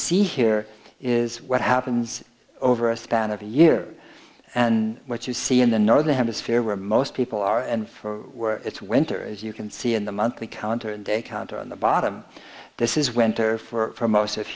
see here is what happens over a span of a year and what you see in the northern hemisphere where most people are and for work it's winter as you can see in the monthly counter and a counter on the bottom this is winter for most of